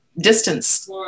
distance